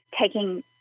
taking